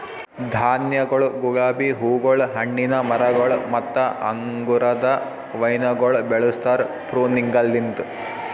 ಧಾನ್ಯಗೊಳ್, ಗುಲಾಬಿ ಹೂಗೊಳ್, ಹಣ್ಣಿನ ಮರಗೊಳ್ ಮತ್ತ ಅಂಗುರದ ವೈನಗೊಳ್ ಬೆಳುಸ್ತಾರ್ ಪ್ರೂನಿಂಗಲಿಂತ್